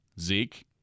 Zeke